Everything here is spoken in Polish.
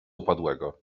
upadłego